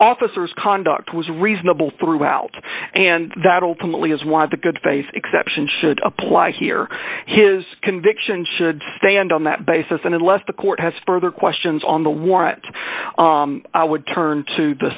officers conduct was reasonable throughout and that ultimately is why the good faith exception should apply here his conviction should stand on that basis and unless the court has further questions on the warrant i would turn to the